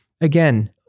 again